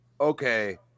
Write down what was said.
okay